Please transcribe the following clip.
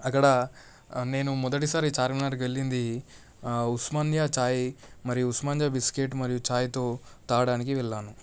అక్కడ నేను మొదటిసారి చార్మినార్కి వెళ్ళింది ఉస్మానియా ఛాయ్ మరియు ఉస్మానియా బిస్కెట్ మరియు ఛాయ్తో తాగడానికి వెళ్ళాను